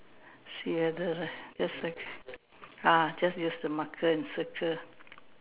see whether right just cir~ uh just use the marker and circle